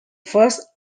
first